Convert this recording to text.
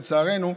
לצערנו,